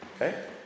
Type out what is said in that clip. Okay